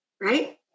right